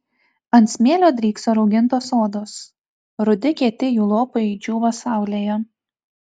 ant smėlio drykso raugintos odos rudi kieti jų lopai džiūva saulėje